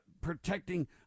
protecting